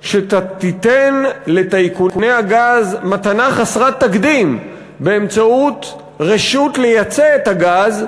שתיתן לטייקוני הגז מתנה חסרת תקדים באמצעות רשות לייצא את הגז,